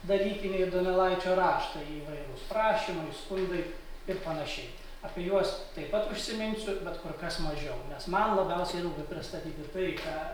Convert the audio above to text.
dalykiniai donelaičio raštai įvairūs prašymai skundai ir panašiai apie juos taip pat užsiminsiu bet kur kas mažiau nes man labiausiai rūpi pristatyti tai ką